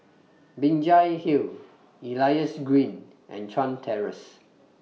Binjai Hill Elias Green and Chuan Terrace